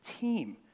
team